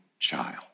child